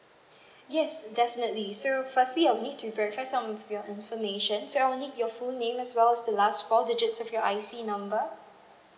yes definitely so firstly I'll need to verify some of your information so I'll need your full name as well as the last four digits of your I_C number